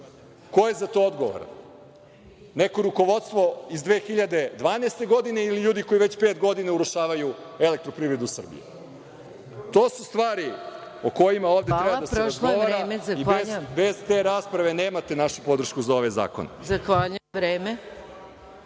Ko je za to odgovoran, neko rukovodstvo iz 2012. godine ili ljudi koji već pet godina urušavaju „Elektroprivredu Srbije“?To su stvari o kojima ovde treba da se razgovara i bez te rasprave nemate našu podršku za ove zakone.